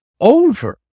over